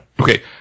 Okay